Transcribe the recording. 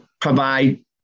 provide